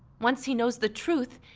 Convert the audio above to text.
once he knows the truth,